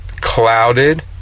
clouded